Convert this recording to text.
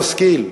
הערבי המשכיל,